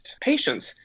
patients